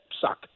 suck